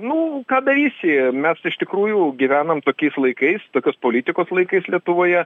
nu ką darysi mes iš tikrųjų gyvenam tokiais laikais tokios politikos laikais lietuvoje